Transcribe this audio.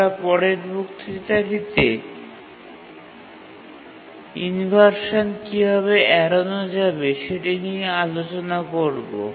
আমরা পরের বক্তৃতাতে ইনভারশান কিভাবে এড়ানো যাবে সেটি নিয়ে আলোচনা করবো